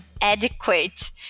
adequate